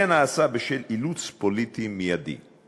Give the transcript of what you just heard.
זה נעשה בשל אילוץ פוליטי מיידי";